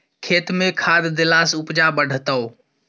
खेतमे खाद देलासँ उपजा बढ़तौ